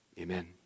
Amen